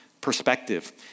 perspective